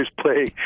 play